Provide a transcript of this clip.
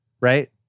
right